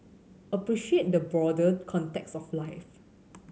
appreciate the broader context of life